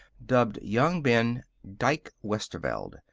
dubbed young ben dike westerveld.